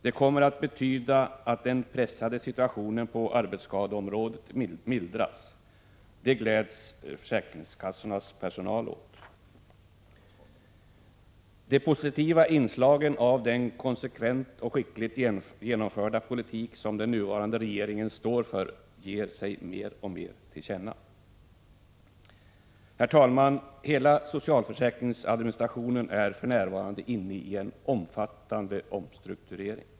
Det kommer att betyda att den pressade situationen på arbetsskadeområdet mildras. Detta gläds försäkringskassornas personal åt. De positiva utslagen av den konsekvent och skickligt genomförda politik som den nuvarande regeringen står för ger sig mer och mer till känna. Herr talman! Hela socialförsäkringsadministrationen är för närvarande inne i en omfattande omstrukturering.